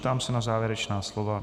Ptám se na závěrečná slova.